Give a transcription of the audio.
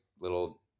little